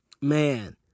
Man